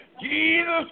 Jesus